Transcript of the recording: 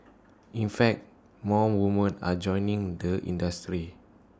in fact more women are joining the industry